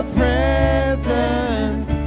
presence